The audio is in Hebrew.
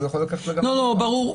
ברור.